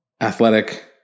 athletic